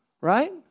Right